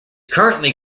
currently